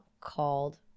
called